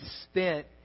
spent